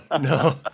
No